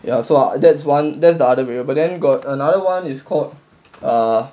ya so that's one that's the other variable then got another one it's called